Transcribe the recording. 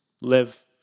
live